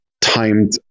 timed